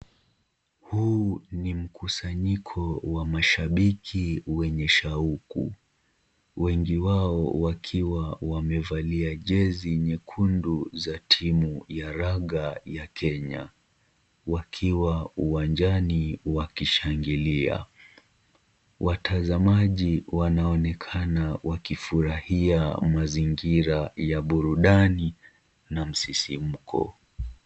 Huu ni mkusanyiko wenye wa mashabiki wenye shauku, wengi wao wakiwa wamevalia jezi nyekundu za timu ya raga ya Kenya wakiwa uwanjani wakishangilia. Watazamaji wanaonekana wakifurahia mazingira ya burudani na msisimko.